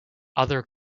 other